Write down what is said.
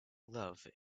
love